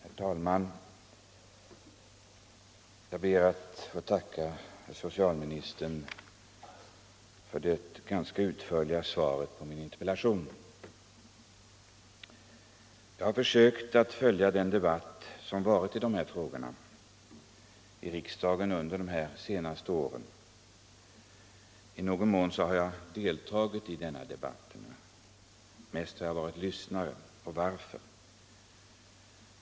Herr talman! Jag ber att få tacka herr socialministern för det ganska utförliga svaret på min interpellation. Jag har försökt att följa den debatt som varit i dessa frågor i riksdagen under de senaste åren. I någon mån har jag deltagit i denna debatt, mest har jag varit lyssnare. Varför?